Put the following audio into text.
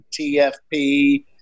TFP